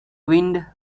wind